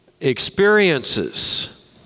experiences